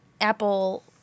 apple